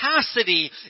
capacity